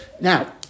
Now